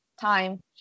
time